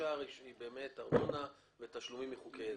הגישה היא באמת ארנונה ותשלומים מחוקי עזר,